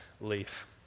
leaf